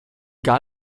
gar